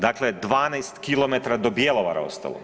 Dakle, 12 km do Bjelovara ostalo.